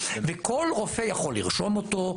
וכל רופא יכול לרשום אותו.